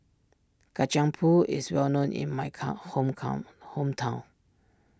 Kacang Pool is well known in my calm home calm hometown